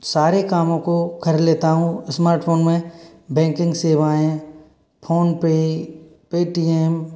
सारे कामों को कर लेता हूँ स्मार्टफ़ोन में बैंकिंग सेवाएँ फोनपे पेटीएम